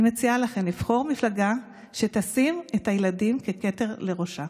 אני מציעה לכם לבחור מפלגה שתשים את הילדים ככתר לראשה.